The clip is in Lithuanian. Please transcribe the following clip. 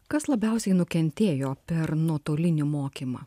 kas labiausiai nukentėjo per nuotolinį mokymą